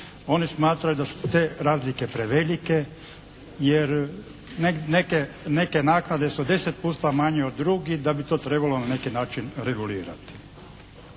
Oni smatraju da su te razlike prevelike jer neke naknade su 10% manje od drugih, da bi to trebalo na neki način regulirati.